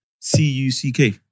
C-U-C-K